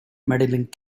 medaling